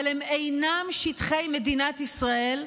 אבל הם אינם שטחי מדינת ישראל,